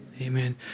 Amen